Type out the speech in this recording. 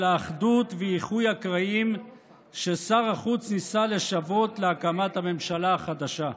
האחדות ואיחוי הקרעים ששר החוץ ניסה לשוות להקמת הממשלה החדשה.